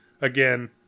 Again